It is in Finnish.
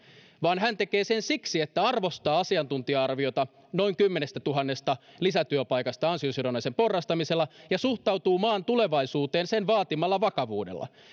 vaan hän tekee sen siksi että arvostaa asiantuntija arviota noin kymmenestätuhannesta lisätyöpaikasta ansiosidonnaisen porrastamisella ja suhtautuu maan tulevaisuuteen sen vaatimalla vakavuudella